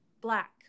Black